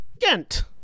Gent